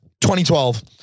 2012